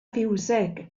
fiwsig